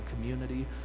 community